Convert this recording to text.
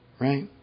Right